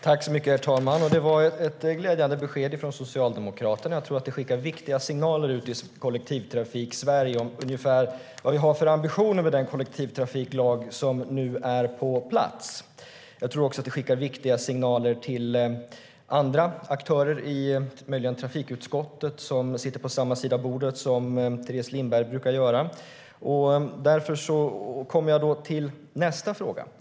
Herr talman! Det var ett glädjande besked från Socialdemokraterna. Jag tror att det skickar viktiga signaler ut i Kollektivtrafiksverige om vad vi har för ambitioner med den kollektivtrafiklag som nu är på plats. Jag tror också att det skickar viktiga signaler till andra aktörer, som möjligen sitter på samma sida av bordet i trafikutskottet som Teres Lindberg brukar göra. Jag kommer då till nästa fråga.